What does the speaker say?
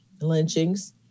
lynchings